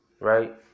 right